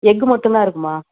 egg மட்டும்தான் இருக்குமா